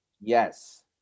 Yes